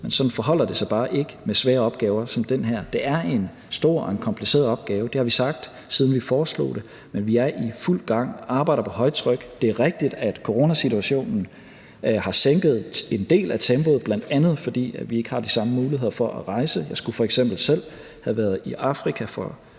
men sådan forholder det sig bare ikke med svære opgaver som den her. Det er en stor og en kompliceret opgave. Det har vi sagt, siden vi foreslog det, men vi er i fuld gang, vi arbejder på højtryk. Det er rigtigt, at coronasituationen har sænket tempoet en del, bl.a. fordi vi ikke har de samme muligheder for at rejse. Jeg skulle f.eks. selv have været i Afrika for